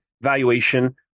valuation